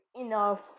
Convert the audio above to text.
enough